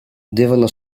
devono